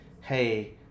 hey